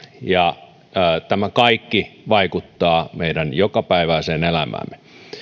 ja tämä kaikki vaikuttaa meidän jokapäiväiseen elämäämme